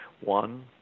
One